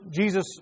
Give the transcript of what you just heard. Jesus